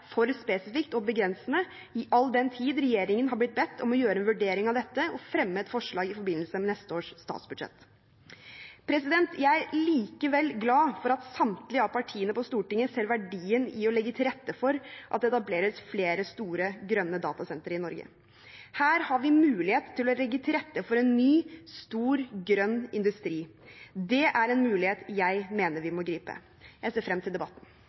for spesifikt og begrensende all den tid regjeringen har blitt bedt om å gjøre en vurdering av dette og fremme et forslag i forbindelse med neste års statsbudsjett. Jeg er likevel glad for at samtlige av partiene på Stortinget ser verdien i å legge til rette for at det etableres flere store grønne datasentre i Norge. Her har vi mulighet til å legge til rette for en ny stor grønn industri. Det er en mulighet jeg mener vi må gripe. Jeg ser frem til debatten.